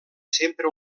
sempre